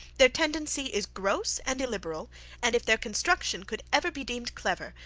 their tendency is gross and illiberal and if their construction could ever be deemed clever,